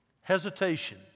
hesitation